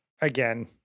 again